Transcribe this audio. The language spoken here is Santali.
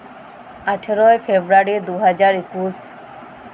ᱟᱴᱷᱨᱚᱭ ᱯᱷᱮᱵᱽᱨᱩᱣᱟᱹᱨᱤ ᱫᱩ ᱦᱟᱡᱟᱨ ᱮᱠᱩᱥ